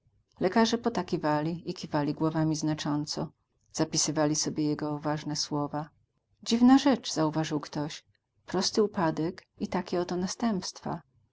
zdrajcy sprzedajni lekarze potakiwali i kiwając głowami znacząco zapisywali sobie jego ważne słowa dziwna rzecz zauważył któryś prosty upadek i takie oto następstwa